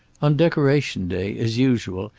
on decoration day, as usual,